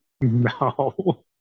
No